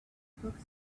books